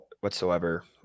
whatsoever